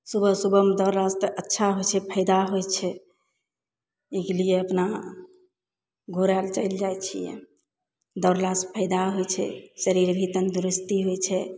सुबह सुबहमे दौड़लासँ अच्छा होइ छै फायदा होइ छै ई लिए अपना घूरे लए चलि जाय छियै दौड़लासँ फायदा होइ छै शरीर भी तन्दुरुस्ती होइ छै